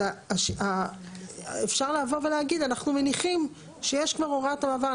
אז אפשר לבוא ולהגיד אנחנו מניחים שיש כבר הוראת מעבר.